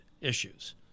issues